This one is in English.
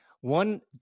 One